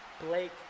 Blake